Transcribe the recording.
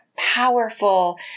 Powerful